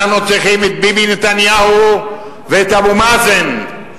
אנחנו צריכים את ביבי נתניהו ואת אבו מאזן,